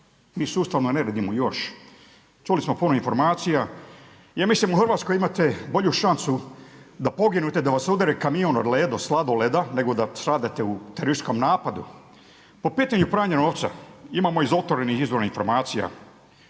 mi sustavno ne vidimo još, čuli smo puno informacija. Ja mislim u Hrvatskoj imate bolju šansu da poginete, da vas udari kamion od Ledo sladoleda nego da stradate u terorističkom napadu. Po pitanju pranja novca, imamo iz otvorenih izvornih informacija,